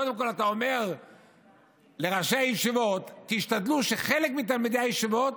קודם כול אתה אומר לראשי הישיבות: תשתדלו שחלק מתלמידי הישיבות